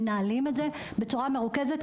מנהלים את זה בצורה מרוכזת,